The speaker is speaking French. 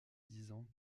disant